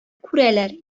күрәләр